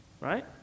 right